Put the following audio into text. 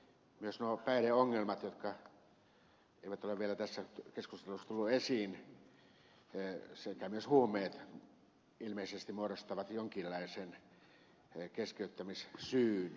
myös päihdeongelmat jotka eivät ole vielä tässä keskustelussa tulleet esiin sekä myös huumeet ilmeisesti muodostavat jonkinlaisen keskeyttämissyyn